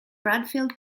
bradfield